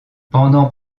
pendant